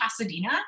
Pasadena